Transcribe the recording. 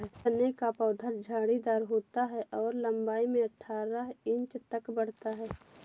चने का पौधा झाड़ीदार होता है और लंबाई में अठारह इंच तक बढ़ता है